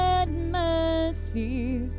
atmosphere